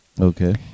Okay